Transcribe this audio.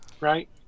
right